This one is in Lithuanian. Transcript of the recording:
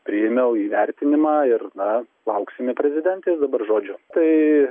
priėmiau įvertinimą ir na lauksime prezidentės dabar žodžiu tai